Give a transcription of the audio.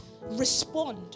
respond